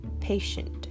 patient